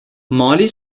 mali